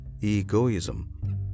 egoism